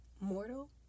Mortal